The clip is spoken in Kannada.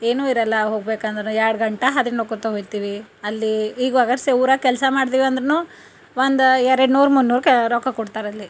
ಏನು ಇರಲ್ಲ ಹೋಗ್ಬೇಕಂದ್ರೆ ಎರಡು ಗಂಟೆ ಹಾದಿನುಕುತ್ತ ಹೊಯ್ತಿವಿ ಅಲ್ಲಿ ಈಗ ಒಗರ್ಸೆ ಊರಿಗ್ ಕೆಲಸ ಮಾಡ್ದಿವಿ ಅಂದ್ರು ಒಂದು ಎರೆಡು ನೂರು ಮುನ್ನೂರಕ್ಕೆ ರೊಕ್ಕ ಕೊಡ್ತಾರೆ ಅಲ್ಲಿ